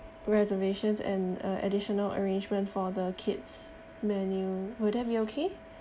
reservations and uh additional arrangement for the kid's menu will that be okay